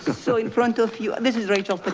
so in front of you, this is rachel